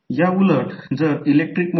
तर शेवटी ते i V j L1 L2 2 M होईल